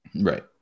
right